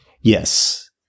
Yes